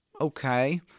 Okay